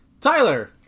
Tyler